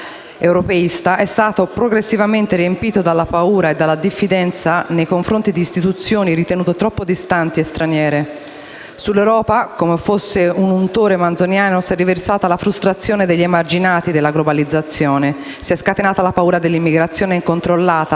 europeista è stato progressivamente riempito dalla paura e dalla diffidenza nei confronti di istituzioni ritenute troppo distanti e straniere. Sull'Europa, come fosse un untore manzoniano, si è riversata la frustrazione degli emarginati della globalizzazione, si è scatenata la paura dell'immigrazione incontrollata,